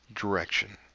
direction